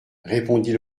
répondit